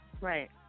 Right